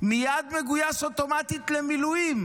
מייד מגויס אוטומטית למילואים,